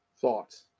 Thoughts